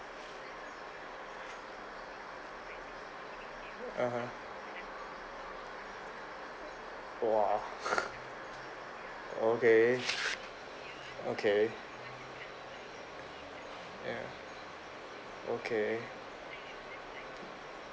(uh huh) !wah! okay okay ya okay